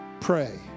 pray